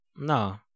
No